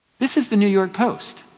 this is the new york post.